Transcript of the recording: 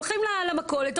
הולכים למכולת,